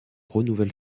renouvelle